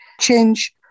change